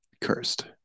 cursed